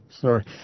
Sorry